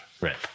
Right